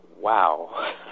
wow